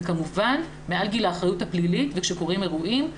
וכמובן מעל גיל האחריות הפלילית וכשקורים אירועים,